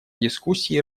дискуссии